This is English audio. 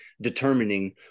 determining